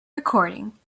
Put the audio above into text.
recording